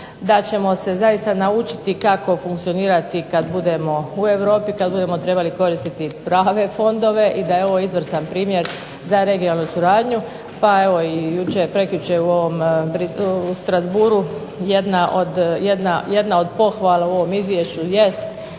da ćemo se zaista naučiti kako funkcionirati kad budemo u Europi, kad budemo trebali koristiti prave fondove i da je ovo izvrstan primjer za regionalnu suradnju. Pa evo i jučer, prekjučer u ovom Strasbourgu jedna od pohvala u ovom izvješću jest